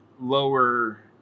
lower